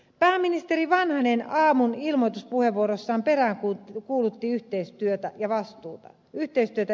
pääministeri vanhanen aamun ilmoituspuheenvuorossaan peräänkuulutti yhteistyötä ja yhteisvastuuta